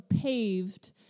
paved